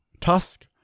Tusk